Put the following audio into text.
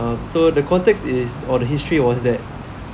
so the context is or the history was that